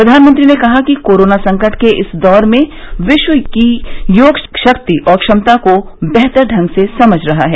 प्रधानमंत्री ने कहा कि कोरोना संकट के इस दौर में विश्व योग की शक्ति और क्षमता को बेहतर ढंग से समझ रहा है